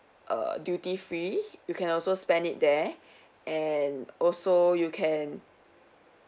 err duty free you can also spend it there and also you can